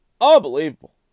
Unbelievable